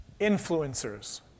influencers